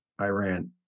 Iran